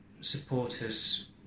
supporters